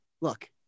look